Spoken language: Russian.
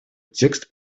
текст